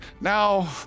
Now